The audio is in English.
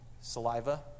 saliva